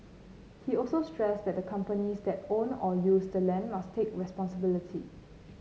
he also stressed that companies that own or use the land must take responsibility